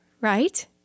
Right